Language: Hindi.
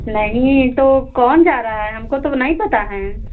नहीं तो कौन जा रहा है हमको तो नहीं पता है